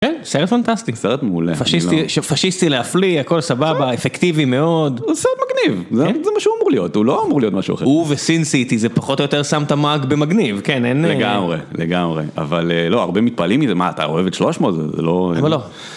סרט פנטסטי, סרט מעולה, פשיסטי להפליא הכל סבבה אפקטיבי מאוד, הוא סרט מגניב, זה מה שהוא אמור להיות, הוא לא אמור להיות משהו אחר, הוא וסין סיטי זה פחות או יותר שם את המאג במגניב, לגמרי, לגמרי, אבל לא, הרבה מתפעלים מזה, מה אתה אוהב את 300 זה לא, אבל לא.